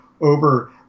over